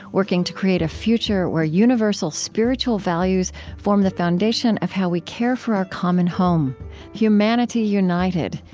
working to create a future where universal spiritual values form the foundation of how we care for our common home humanity united,